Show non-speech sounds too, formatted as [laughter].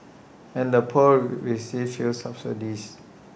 and the poor [unintelligible] received few subsidies